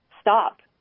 stop